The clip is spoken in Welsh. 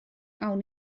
awn